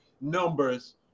numbers